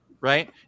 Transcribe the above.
right